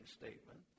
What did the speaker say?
statement